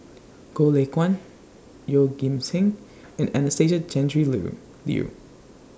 Goh Lay Kuan Yeoh Ghim Seng and Anastasia Tjendri Liew Liew